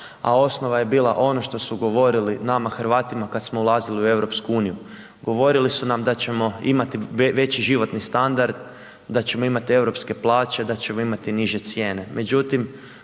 a osnova je bila ono što su govorili nama Hrvatima kada smo ulazili u EU, govorili su nam da ćemo imati veći životni standard, da ćemo imat europske plaće, da ćemo imati niže cijene.